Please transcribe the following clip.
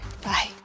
Bye